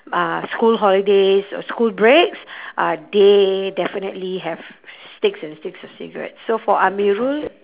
uh school holidays or school breaks uh they definitely have sticks and sticks of cigarettes so for amirul